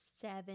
seven